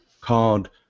card